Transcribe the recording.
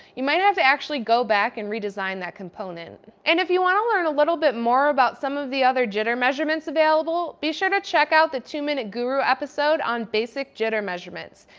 you might have to actually go back and redesign that component. and if you want to learn a little bit more about some of the other jitter measurements available, be sure to check out the two minute guru episode on basic jitter measurements.